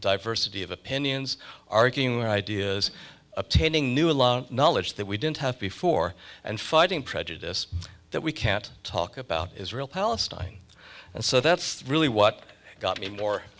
diversity of opinions arguing ideas attaining new law knowledge that we didn't have before and fighting prejudice that we can't talk about israel palestine and so that's really what got me more